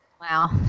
Wow